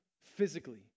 physically